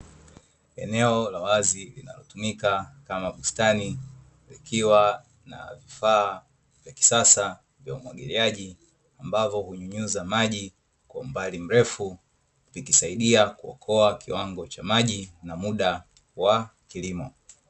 Eneo la wazi linalotumika kama bustani likiwa na vifaa vya kisasa vya umwagiliaji ambavyo hunyunyuza maji kwa umbali mrefu vikisaidia kuokoa kiwango cha maji na muda wa kilimo.